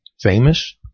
famous